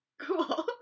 Cool